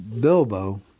Bilbo